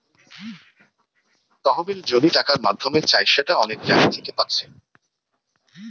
তহবিল যদি টাকার মাধ্যমে চাই সেটা অনেক জাগা থিকে পাচ্ছি